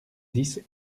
dix